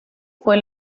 fue